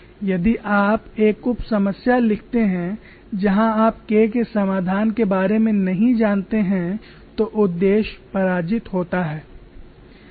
यदि आप एक उप समस्या लिखते हैं जहां आप K के समाधान के बारे में नहीं जानते हैं तो उद्देश्य पराजित होता है